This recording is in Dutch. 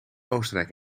oostenrijk